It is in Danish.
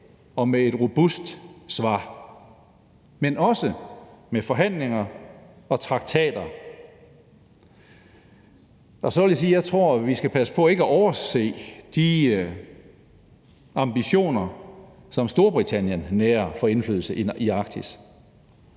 og med et robust svar, men også med forhandlinger og traktater. Så vil jeg sige, at jeg tror, at vi skal passe på ikke at overse de ambitioner, som Storbritannien nærer for indflydelse i Arktis.